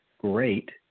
great